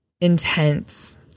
intense